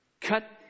cut